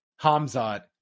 Hamzat